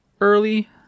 early